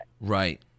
Right